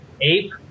ape